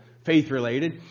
faith-related